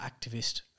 activist